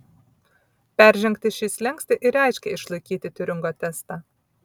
peržengti šį slenkstį ir reiškė išlaikyti tiuringo testą